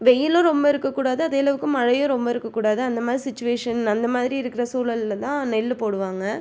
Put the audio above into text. வெயிலும் ரொம்ப இருக்க கூடாது அதே அளவுக்கு மழையும் ரொம்ப இருக்கக்கூடாது அந்த மாதிரி சுச்சிவேஷன் அந்த மாதிரி இருக்கிற சூழலில் தான் நெல் போடுவாங்க